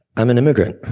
i'm an immigrant.